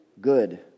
good